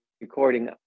recording